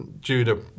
Judah